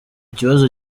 kibazo